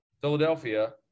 Philadelphia